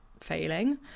failing